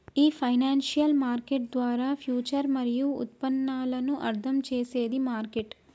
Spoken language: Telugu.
ఈ ఫైనాన్షియల్ మార్కెట్ ద్వారా ఫ్యూచర్ మరియు ఉత్పన్నాలను అర్థం చేసేది మార్కెట్